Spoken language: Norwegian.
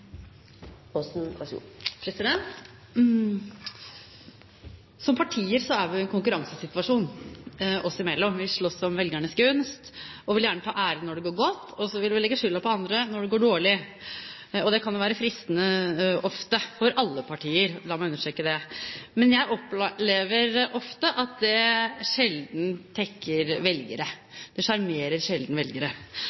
godt, og så vil vi legge skylden på andre når det går dårlig. Det kan jo ofte være fristende for alle partier, la meg understreke det, men jeg opplever ofte at det